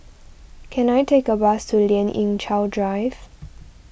can I take a bus to Lien Ying Chow Drive